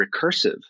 recursive